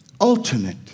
ultimate